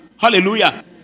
Hallelujah